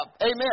Amen